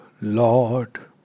Lord